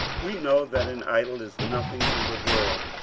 we know that an idol is nothing in the world,